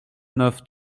neuf